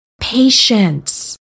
Patience